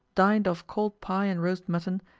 dined off cold pie and roast mutton,